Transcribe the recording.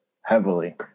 heavily